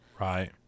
Right